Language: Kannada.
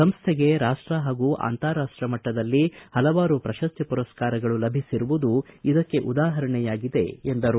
ಸಂಸ್ಥೆಗೆ ರಾಷ್ಷ ಹಾಗೂ ಅಂತಾರಾಷ್ಷೀಯ ಮಟ್ಟದಲ್ಲಿ ಪಲವಾರು ಪ್ರಶಸ್ತಿ ಪುರಸ್ಕಾರಗಳು ಲಭಿಸಿರುವುದು ಇದಕ್ಕೆ ಉದಾಹರಣೆಯಾಗಿದೆ ಎಂದರು